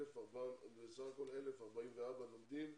בסך הכול 1,044 לומדים,